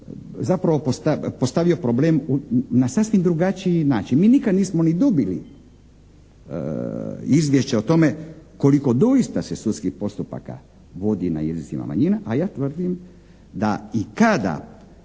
zapravo postavio problem na sasvim drugačiji način. Mi nikad nismo ni dobili izvješće o tome koliko doista se sudskih postupaka vodi na jezicima manjina, a ja tvrdim da i kada